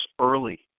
early